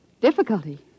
Difficulty